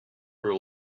her